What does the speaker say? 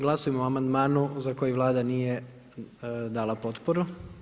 Glasajmo o amandmanu za koji Vlada nije dala potporu.